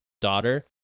daughter